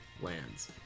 lands